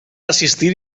assistir